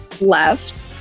left